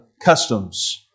customs